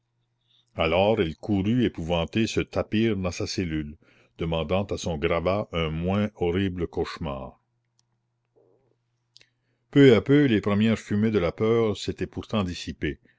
alors elle courut épouvantée se tapir dans sa cellule demandant à son grabat un moins horrible cauchemar peu à peu les premières fumées de la peur s'étaient pourtant dissipées